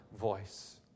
voice